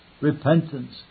repentance